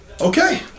Okay